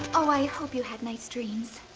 oh i hope you had nice dreams.